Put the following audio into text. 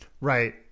Right